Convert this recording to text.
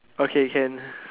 okay can